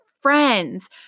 friends